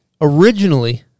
originally